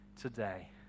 today